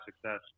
success